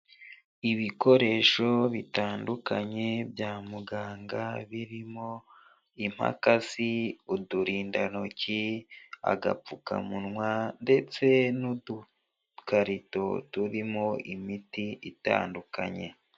Ibikoresho bitandukanye bya muganga birimo impakasi, uturindantoki, agapfukamunwa ndetse n'udukarito turimo imiti itandukanye.